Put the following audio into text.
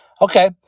Okay